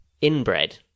inbred